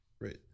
Right